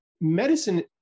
Medicine